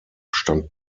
stand